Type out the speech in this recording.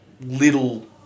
little